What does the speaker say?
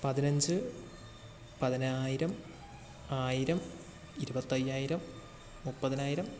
പതിനഞ്ച് പതിനായിരം ആയിരം ഇരുപത്തയ്യായിരം മുപ്പതിനായിരം